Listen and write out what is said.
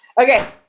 Okay